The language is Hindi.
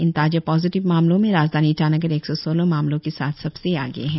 इन ताजे पॉजिटिव मामलों में राजधानी ईटानगर एक सौ सोलह मामलों के साथ सबसे आगे है